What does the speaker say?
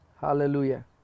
Hallelujah